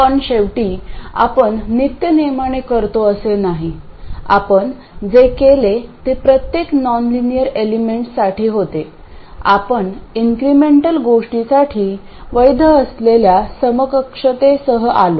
पण शेवटी आपण नित्यनेमाने करतो असे नाही आपण जे केले ते प्रत्येक नॉनलिनियर एलिमेंट्ससाठी होते आपण इंक्रीमेंटल गोष्टीसाठी वैध असलेल्या समकक्षतेसह आलो